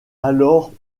alors